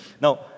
Now